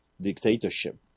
dictatorship